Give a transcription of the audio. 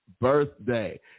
birthday